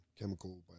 Chemical